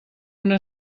una